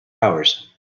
hours